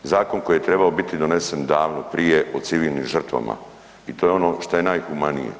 Zakon koji je trebao biti donesen davno prije o civilnim žrtvama i to je ono šta je najhumanije.